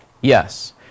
Yes